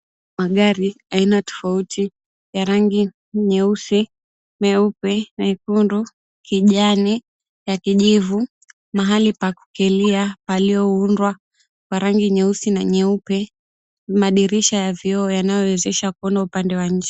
Magari aina tofauti ya rangi nyeusi, meupe na nyekundu, kijani na kijivu mahali pa kukalia palipoundwa pa rangi nyeusi na nyeupe. Madirisha ya vioo yanayowezesha kuona upande wa nje.